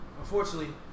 Unfortunately